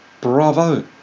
Bravo